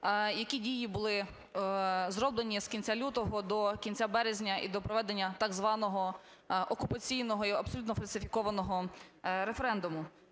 які дії були зроблені з кінця лютого до кінця березня, і до проведення так званого окупаційного і абсолютно фальсифікованого референдуму.